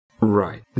Right